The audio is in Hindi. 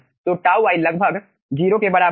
तो τ i लगभग 0 के बराबर है